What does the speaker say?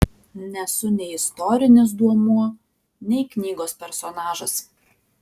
nesu nei istorinis duomuo nei knygos personažas